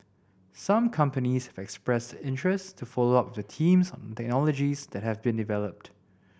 some companies expressed interest to follow up with the teams on the technologies that have been developed